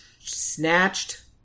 Snatched